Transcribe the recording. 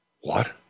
What